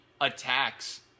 attacks